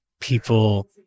people